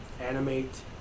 animate